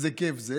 איזה כיף זה,